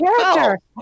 character